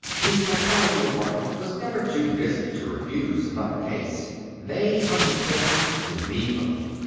the psychological department was never too busy to refuse another case they hunted patients gleefully,